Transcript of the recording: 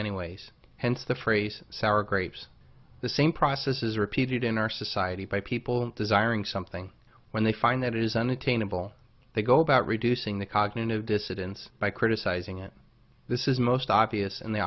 anyways hence the phrase sour grapes the same process is repeated in our society by people desire something when they find that it is unattainable they go about reducing the cognitive dissidence by criticizing it this is most obvious and they